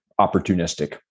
opportunistic